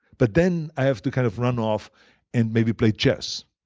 but then i have to kind of run off and maybe play chess.